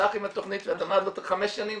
הלך עם התכנית לחמש שנים,